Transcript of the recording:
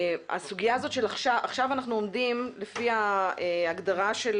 עכשיו אנחנו עומדים לפי ההגדרה של